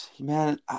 man